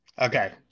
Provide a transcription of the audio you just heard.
Okay